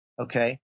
okay